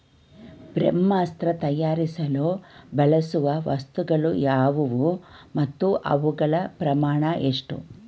ಬ್ರಹ್ಮಾಸ್ತ್ರ ತಯಾರಿಸಲು ಬಳಸುವ ವಸ್ತುಗಳು ಯಾವುವು ಮತ್ತು ಅವುಗಳ ಪ್ರಮಾಣ ಎಷ್ಟು?